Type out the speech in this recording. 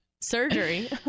surgery